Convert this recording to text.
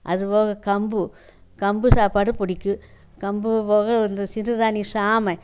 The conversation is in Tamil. அது போக கம்பு கம்பு சாப்பாடு பிடிக்கும் கம்பு போக இந்த சிறுதானிய சாமை